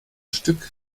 stück